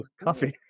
Coffee